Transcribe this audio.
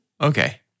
Okay